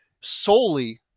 solely